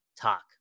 talk